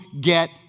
get